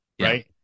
Right